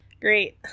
Great